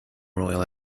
royal